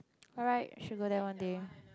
alright should go there one day